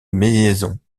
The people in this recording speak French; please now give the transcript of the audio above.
maison